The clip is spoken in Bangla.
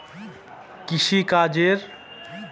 কৃষি কাজের ইকোলোজির ওপর প্রভাব পড়ে